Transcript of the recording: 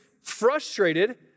frustrated